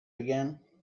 began